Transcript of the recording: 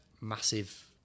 massive